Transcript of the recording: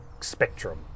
spectrum